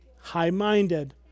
high-minded